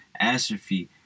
Astrophy